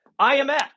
imf